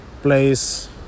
place